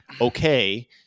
okay